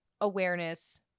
awareness